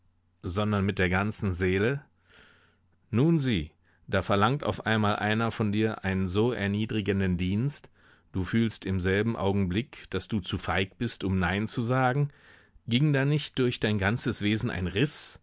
sondern mit der ganzen seele nun sieh da verlangt auf einmal einer von dir einen so erniedrigenden dienst du fühlst im selben augenblick daß du zu feig bist um nein zu sagen ging da nicht durch dein ganzes wesen ein riß